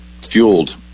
fueled